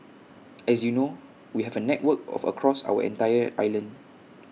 as you know we have A network of across our entire island